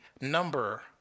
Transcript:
number